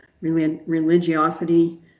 religiosity